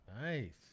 Nice